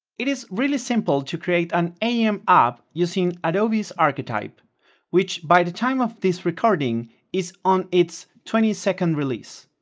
it is really simple to create an aem app using adobe's archetype which by the time of this recording is on its twenty second release.